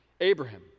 Abraham